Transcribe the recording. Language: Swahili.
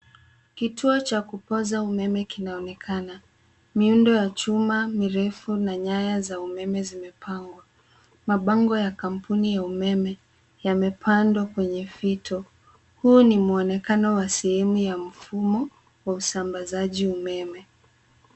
Kituo cha kupaza umeme kinaonekana. Miundo ya chuma mirefu na nyaya za umeme zimepangwa. Mabango ya kampuni ya umeme yamepandwa kwenye fito. Huu ni muonekano wa sehemu ya mfumo wa usambazaji umeme.